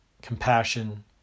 compassion